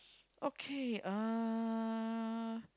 okay uh